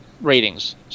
ratings